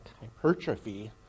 hypertrophy